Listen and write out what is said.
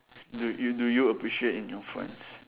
do you do you appreciate in your friends